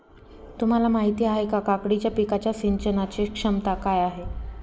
तुम्हाला माहिती आहे का, काकडीच्या पिकाच्या सिंचनाचे क्षमता काय आहे?